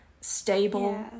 stable